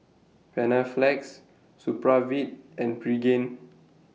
Panaflex Supravit and Pregain